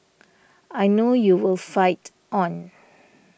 I know you will fight on